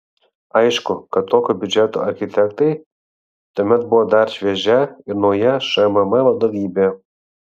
aišku kad tokio biudžeto architektai tuomet buvo dar šviežia ir nauja šmm vadovybė